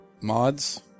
mods